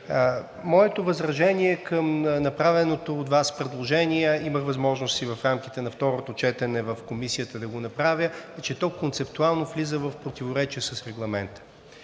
Моето възражение е към направеното от Вас предложение, имах възможност и в рамките на второто четене в Комисията да го направя – че то концептуално влиза в противоречие с Регламента.